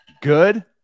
good